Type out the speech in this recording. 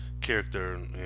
character